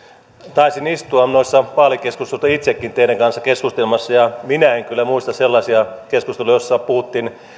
taisin istua noissa vaalikeskusteluissa itsekin teidän kanssanne keskustelemassa ja minä en kyllä muista sellaisia keskusteluja joissa puhuttiin